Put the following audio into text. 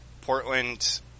Portland